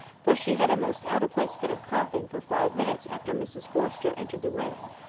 for she had a most out-of-place fit of coughing for five minutes after mrs forrester entered the room.